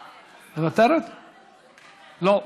לא.